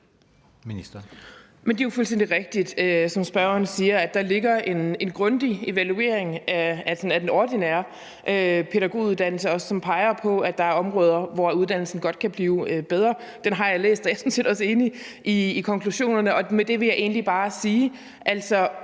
det er jo fuldstændig rigtigt, som spørgeren siger, at der ligger en grundig evaluering af den ordinære pædagoguddannelse, som peger på, at der er områder, hvor uddannelsen godt kan blive bedre. Den har jeg læst, og jeg er sådan set også enig i konklusionerne, og med det vil jeg egentlig bare sige,